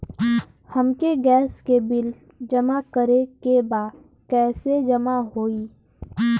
हमके गैस के बिल जमा करे के बा कैसे जमा होई?